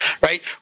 right